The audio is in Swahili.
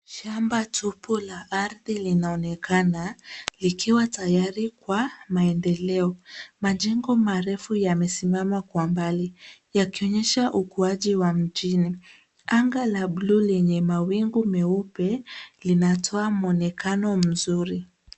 Shamba tupu la ardhi linaonekana likiwa tayari kwa maendeleo. Majengo marefu yamesimama kwa mbali yakionyesha ukuaji wa mjini. Anga la bluu lenye mawingu meupe linatoa mwonekano mzuri.